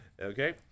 Okay